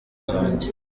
zanjye